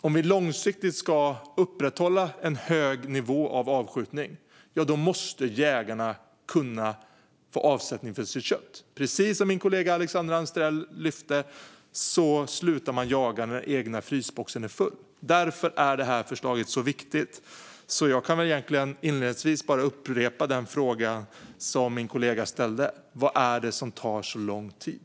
Om vi långsiktigt ska upprätthålla en hög nivå av avskjutning måste jägarna kunna få avsättning för köttet. Som min kollega Alexandra Anstrell lyfte fram slutar man jaga när den egna frysboxen är full. Det är därför det här förslaget är så viktigt. Jag kan bara upprepa den fråga som min kollega ställde: Vad är det som tar så lång tid?